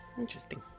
Interesting